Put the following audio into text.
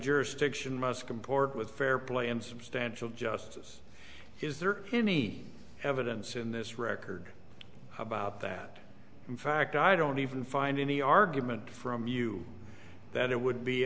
jurisdiction must comport with fair play and substantial justice is there any evidence in this record about that in fact i don't even find any argument from you that it would